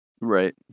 Right